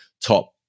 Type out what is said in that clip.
top